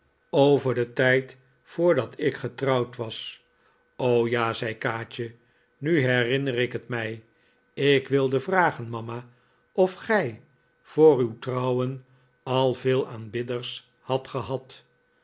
over den tijd voordat ik getrouwd was ja zei kaatje nu herinner ik het mij ik wilde vragen mama of gij voor uw trouwen al veel aanbidders hadt gehad